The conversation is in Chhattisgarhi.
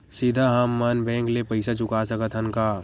सीधा हम मन बैंक ले पईसा चुका सकत हन का?